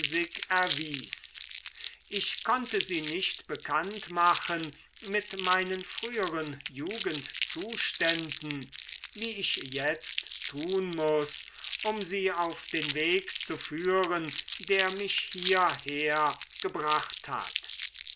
ich konnte sie nicht bekannt machen mit meinen früheren jugendzuständen wie ich jetzt tun muß um sie auf den weg zu führen der mich hierher gebracht hat